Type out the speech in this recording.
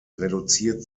reduziert